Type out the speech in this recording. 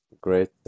great